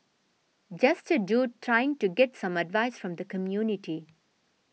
just a dude trying to get some advice from the community